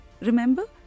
Remember